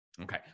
Okay